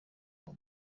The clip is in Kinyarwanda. uwo